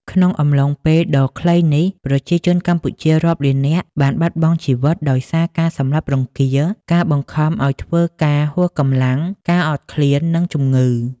ក្នុងអំឡុងពេលដ៏ខ្លីនេះ ប្រជាជនកម្ពុជារាប់លាននាក់បានបាត់បង់ជីវិតដោយសារការសម្លាប់រង្គាល ការបង្ខំឱ្យធ្វើការហួសកម្លាំង ការអត់ឃ្លាន និងជំងឺ។